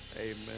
Amen